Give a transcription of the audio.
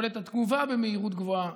יכולת התגובה במהירות גבוהה